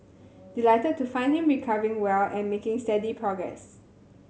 delighted to find him recovering well and making steady progress